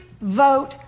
vote